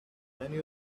many